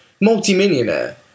Multi-millionaire